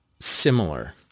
similar